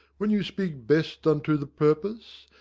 when you speak best unto the purpose,